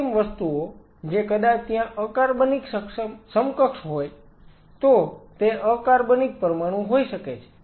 કૃત્રિમ વસ્તુઓ જે કદાચ ત્યાં અકાર્બનિક સમકક્ષ હોય તો તે એક અકાર્બનિક પરમાણુ હોઈ શકે છે